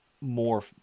more